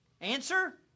Answer